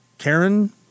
Karen